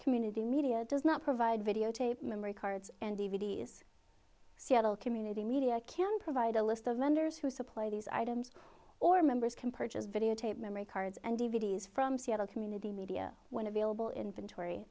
community media does not provide videotape memory cards and d v d is seattle community media can provide a list of vendors who supply these items or members can purchase video tape memory cards and d v d s from seattle community media when available in